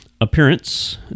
Appearance